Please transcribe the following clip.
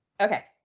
Okay